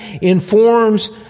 informs